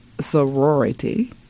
sorority